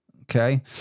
Okay